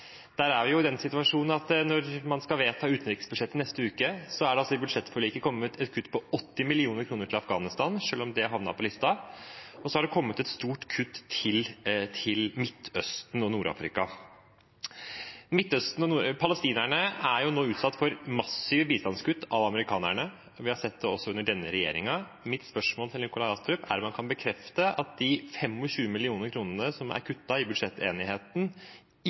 Der er vi i den situasjonen at når man skal vedta utenriksbudsjettet i neste uke, er det i budsjettforliket kommet et kutt på 80 mill. kr til Afghanistan, selv om det havnet på listen, og det har kommet et stort kutt til Midtøsten og Nord-Afrika. Palestinerne er nå utsatt for massive bistandskutt av amerikanerne. Vi har sett det også under denne regjeringen. Mitt spørsmål til Nikolai Astrup er om han kan bekrefte at de 25 mill. kr som er kuttet i budsjettenigheten,